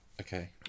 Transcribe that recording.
Okay